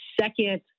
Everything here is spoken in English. second